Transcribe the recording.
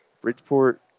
Bridgeport